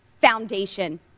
foundation